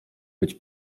być